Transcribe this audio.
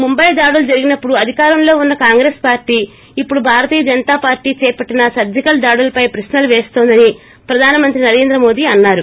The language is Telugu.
ముంబై దాడులు జరిగినప్పుడు అధికారంలో ఉన్స కాంగ్రెస్ పార్టీ ఇప్పుడు భారతీయ జనతాపార్టీ చేపట్టిన సర్హికల్ దాడులపై ప్రక్నలు పేస్తోందని ప్రధానమంత్రి నరేంద్ర మోదీ అన్నారు